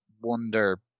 wonder